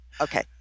Okay